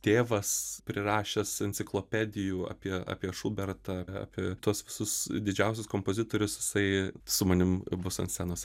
tėvas prirašęs enciklopedijų apie apie šubertą apie tuos visus didžiausius kompozitorius jisai su manim bus ant scenos